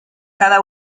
cada